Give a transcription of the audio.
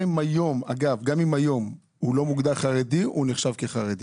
גם אם היום לא מוגדר חרדי, הוא נחשב חרדי.